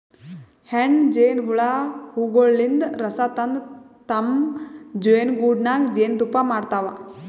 ಹೆಣ್ಣ್ ಜೇನಹುಳ ಹೂವಗೊಳಿನ್ದ್ ರಸ ತಂದ್ ತಮ್ಮ್ ಜೇನಿಗೂಡಿನಾಗ್ ಜೇನ್ತುಪ್ಪಾ ಮಾಡ್ತಾವ್